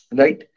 right